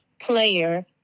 player